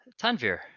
Tanvir